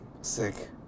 Sick